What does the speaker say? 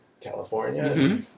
California